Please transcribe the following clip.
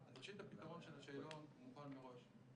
הפתרון, ראשית, הפתרון של השאלון מוכן מראש.